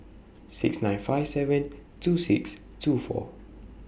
six nine five seven two six two four